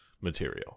material